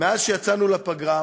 מאז יצאנו לפגרה,